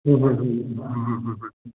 ꯍꯣꯏ ꯍꯣꯏ ꯍꯣꯏ ꯑꯥ ꯍꯣꯏ ꯍꯣꯏ ꯍꯣꯏ